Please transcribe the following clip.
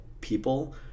people